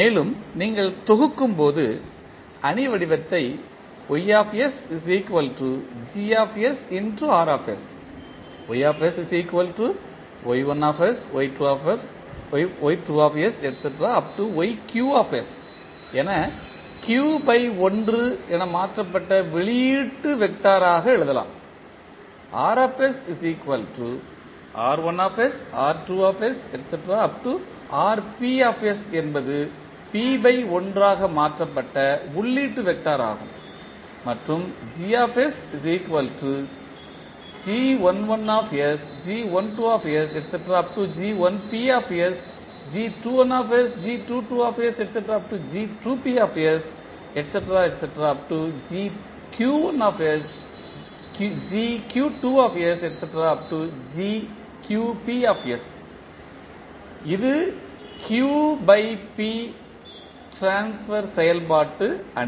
மேலும் நீங்கள் தொகுக்கும்போது அணி வடிவத்தை என மாற்றப்பட்ட வெளியீட்டு வெக்டார் ஆக எழுதலாம் என்பது மாற்றப்பட்ட உள்ளிட்டு வெக்டார் ஆகும் மற்றும் என்பது ட்ரான்ஸ்பர் செயல்பாட்டு அணி